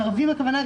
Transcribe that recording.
לאומי.